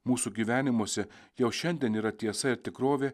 mūsų gyvenimuose jau šiandien yra tiesa ir tikrovė